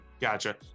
Gotcha